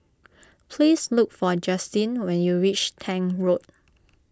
please look for Justyn when you reach Tank Road